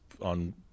on